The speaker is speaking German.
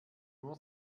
nur